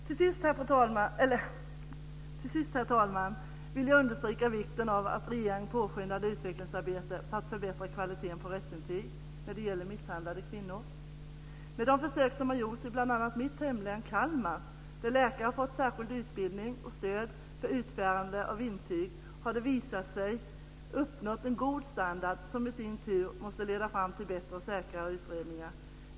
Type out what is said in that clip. Till sist, herr talman, vill jag understryka vikten av att regeringen påskyndar utvecklingsarbetet för att förbättra kvaliteten på rättsintyg när det gäller misshandlade kvinnor. Med de försök som har gjorts i bl.a. mitt hemlän Kalmar, där läkare har fått särskild utbildning och stöd för utfärdande av intyg, har det visat sig att man har uppnått en god standard som i sin tur måste leda fram till bättre och säkrare utredningar.